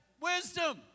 wisdom